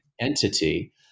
entity